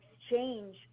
exchange